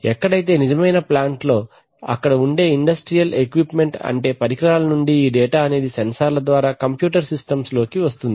ఎక్కడైతే నిజమైన ప్లాంట్ లో అక్కడ ఉండే ఇండస్ట్రియల్ ఎక్విప్మెంట్ అంటే పరికరాల నుండి ఈ డేటా అనేది సెన్సార్ల ద్వారా కంప్యూటర్ సిస్టమ్స్ లోకి వస్తుంది